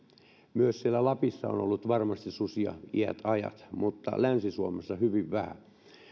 myös siellä lapissa on ollut varmasti susia iät ajat mutta länsi suomessa hyvin vähän kun